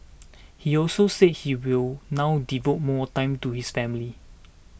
he also said he will now devote more time to his family